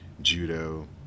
judo